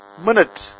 minute